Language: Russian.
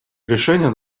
решения